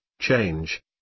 change